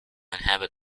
inhabit